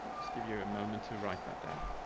just give you a moment to write that down.